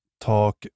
talk